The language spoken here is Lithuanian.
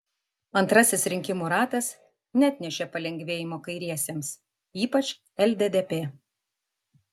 antrasis rinkimų ratas neatnešė palengvėjimo kairiesiems ypač lddp